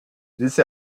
diese